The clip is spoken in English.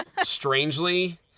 strangely